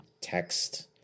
text